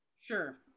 Sure